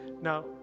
Now